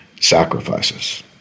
sacrifices